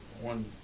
one